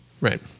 Right